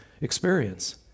experience